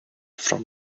from